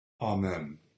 Amen